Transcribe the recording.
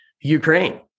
Ukraine